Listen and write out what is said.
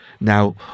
Now